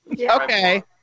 Okay